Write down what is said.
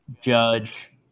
Judge